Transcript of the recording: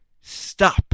stop